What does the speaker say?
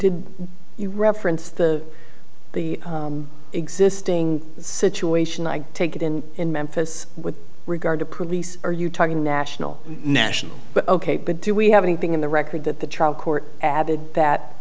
did you reference the the existing situation i take it in in memphis with regard to police are you talking national national but ok but do we have anything in the record that the trial court added that